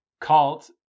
cult